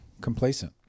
complacent